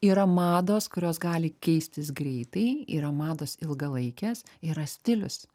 yra mados kurios gali keistis greitai yra mados ilgalaikės yra stilius